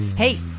Hey